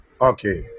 Okay